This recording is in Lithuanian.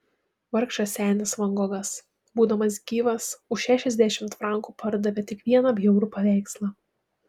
vargšas senis van gogas būdamas gyvas už šešiasdešimt frankų pardavė tik vieną bjaurų paveikslą